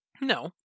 No